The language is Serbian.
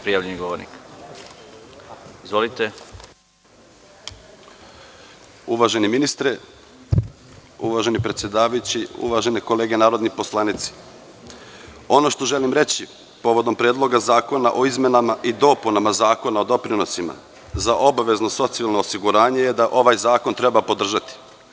Uvaženi ministre, uvaženi predsedavajući, uvažene kolege narodni poslanici, ono što želim reći povodom Predloga zakona o izmenama i dopunama Zakona o doprinosima za obavezno socijalno osiguranje je da ovaj zakon treba podržati.